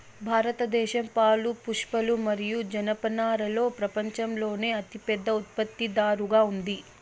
భారతదేశం పాలు, పప్పులు మరియు జనపనారలో ప్రపంచంలోనే అతిపెద్ద ఉత్పత్తిదారుగా ఉంది